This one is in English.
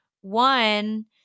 One